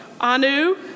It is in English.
Anu